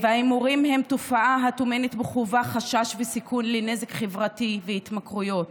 ההימורים הם תופעה הטומנת בחובה חשש וסיכון לנזק חברתי ולהתמכרויות,